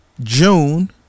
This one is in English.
June